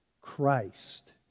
Christ